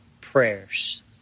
prayers